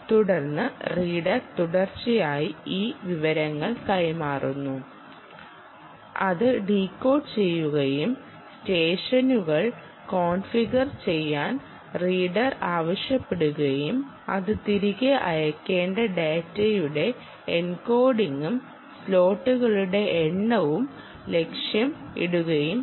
തുടർന്ന് റീഡർ തുടർച്ചയായി ഈ വിവരങ്ങൾ കൈമാറുന്നു അത് ഡീകോഡ് ചെയ്യുകയും സെഷനുകൾ കോൺഫിഗർ ചെയ്യാൻ റീഡർ ആവശ്യപ്പെടുകയും അത് തിരികെ അയയ്ക്കേണ്ട ഡാറ്റയുടെ എൻകോഡിംഗും സ്ലോട്ടുകളുടെ എണ്ണവും ലക്ഷ്യം ഇടുകയും ചെയ്യുന്നു